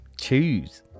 choose